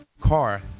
car